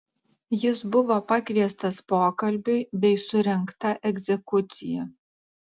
jis buvo pakviestas pokalbiui bei surengta egzekucija